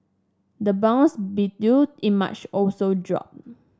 the bonds did due in March also dropped